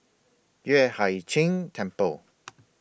Yueh Hai Ching Temple